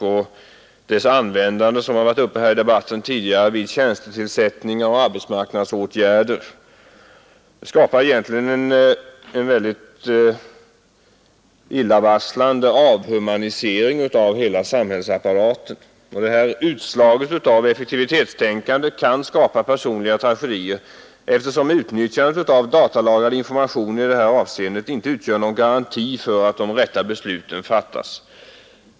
Användandet av datateknik — och det har varit uppe tidigare här i debatten — vid tjänstetillsättningar och arbetsmarknadsåtgärder innebär egentligen en väldigt illavarslande avhumanisering av hela samhällsapparaten. Och det här utslaget av effektivitetstänkande kan ge upphov till personliga tragedier, eftersom utnyttjandet av datalagrad information i det här avseendet inte utgör någon garanti för att de rätta besluten fattas.